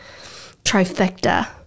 trifecta